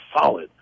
solid